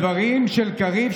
על הדברים של קריב,